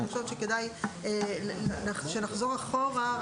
-- אני חושבת שכדאי לחזור אחורה.